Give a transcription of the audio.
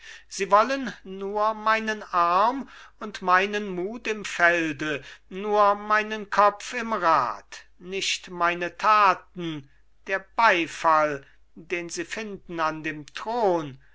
sie wollen nur meinen arm und meinen mut im felde nur meinen kopf im rat nicht meine taten der beifall den sie finden an dem thron